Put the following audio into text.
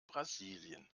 brasilien